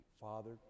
Father